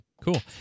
Cool